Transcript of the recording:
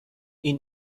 این